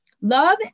Love